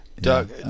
Doug